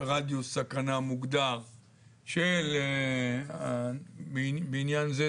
ראש עיריית כפר קאסם שתכף ידבר הציע שבמקום התחנה האיומה הזאת,